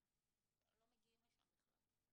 לא מגיעים לשם בכלל.